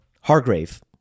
Hargrave